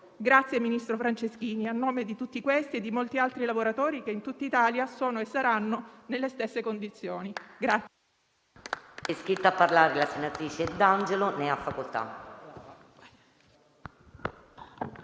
Grazie, ministro Franceschini, a nome di tutti questi e di molti altri lavoratori che in tutt'Italia sono e saranno nelle stesse condizioni.